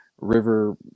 river